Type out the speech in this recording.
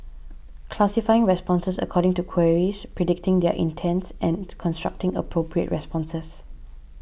classifying responses according to queries predicting their intents and constructing appropriate responses